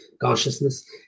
consciousness